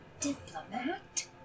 Diplomat